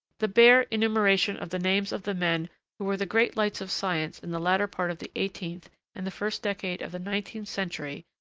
the bare enumeration of the names of the men who were the great lights of science in the latter part of the eighteenth and the first decade of the nineteenth century,